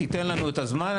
תיתן לנו את הזמן,